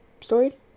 story